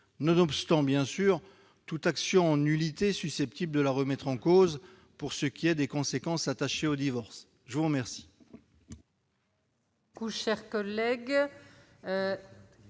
nonobstant, bien entendu, toute action en nullité susceptible de la remettre en cause pour ce qui est des conséquences attachées au divorce. L'amendement